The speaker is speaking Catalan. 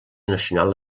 nacional